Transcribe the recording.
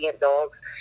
dogs